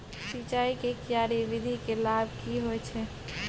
सिंचाई के क्यारी विधी के लाभ की होय छै?